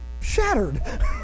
shattered